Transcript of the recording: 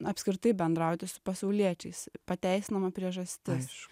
apskritai bendrauti su pasauliečiais pateisinama priežastis